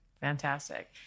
fantastic